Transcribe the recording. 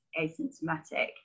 asymptomatic